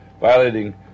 violating